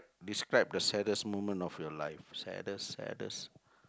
describe the saddest moment of your life saddest saddest